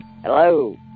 Hello